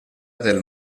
del